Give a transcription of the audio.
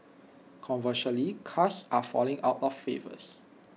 conversely cars are falling out of favours